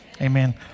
Amen